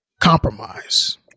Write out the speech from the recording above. compromise